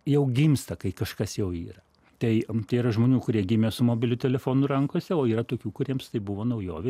jau gimsta kai kažkas jau yra tai tai yra žmonių kurie gimė su mobiliu telefonu rankose o yra tokių kuriems tai buvo naujovė